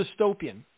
dystopian